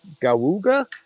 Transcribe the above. Gawuga